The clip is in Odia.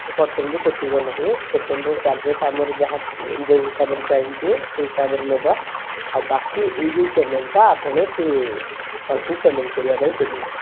ହୋଟେଲ୍ରୁ କାଟିବ ନାହିଁ ହୋଟେଲ୍ରୁ ଚାର୍ଜେସ୍ ଅମର ଯାହା ଯେଉଁ ହିସାବରେ ଚାଲିଛି ସେହି ହିସାବରେ ନେବା ଆଉ ବାକି ଏଇ ଯେଉଁ ପେମେଣ୍ଟଟା ଆପଣ ସିଏ ତାଙ୍କୁ ପେମେଣ୍ଟ କରିବା ପାଇଁ ପଡ଼ିବ